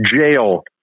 jail